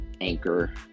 Anchor